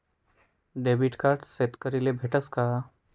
Debit card शेतकरीले भेटस का?